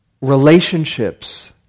relationships